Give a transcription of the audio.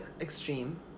extreme